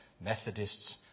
Methodists